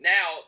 Now